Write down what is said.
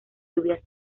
lluvias